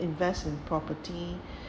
invest in property